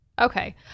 okay